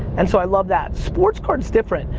and so i love that. sports cards' different,